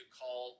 call